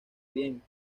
bien